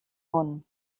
món